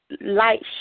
light